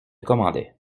commandait